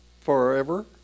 forever